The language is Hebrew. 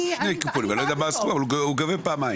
אני לא יודע מה הסכום אבל הוא גובה פעמיים.